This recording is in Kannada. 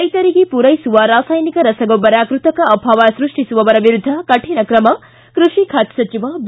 ರೈತರಿಗೆ ಪೂರೈಸುವ ರಾಸಾಯನಿಕ ರಸಗೊಬ್ಬರ ಕೃತಕ ಅಭಾವ ಸೃಷ್ಟಿಸುವವರ ವಿರುದ್ದ ಕರಿಣ ಕ್ರಮ ಕೃಷಿ ಖಾತೆ ಸಚಿವ ಬಿ